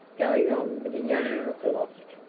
going on with a young lookaloft.